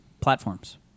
platforms